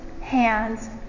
hands